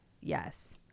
yes